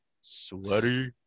sweaty